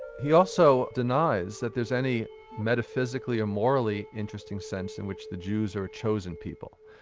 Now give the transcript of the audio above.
he also denies that there's any metaphysically or morally interesting sense in which the jews are a chosen people.